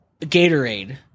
Gatorade